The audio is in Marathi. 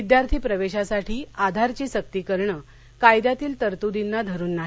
विद्यार्थी प्रवेशासाठी आधारची सक्ती करण कायद्यातील तरतुदींना धरून नाही